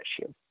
issue